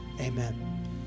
amen